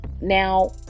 Now